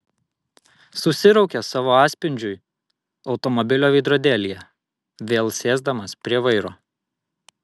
susiraukė savo atspindžiui automobilio veidrodėlyje vėl sėsdamas prie vairo